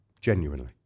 genuinely